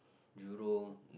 jurong